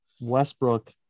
Westbrook